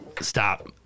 stop